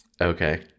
Okay